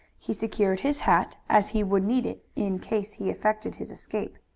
he secured his hat, as he would need it in case he effected his escape.